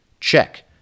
Check